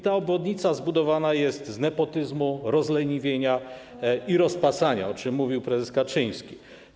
Ta obwodnica zbudowana jest z nepotyzmu, rozleniwienia i rozpasania, o czym mówił prezes Kaczyński.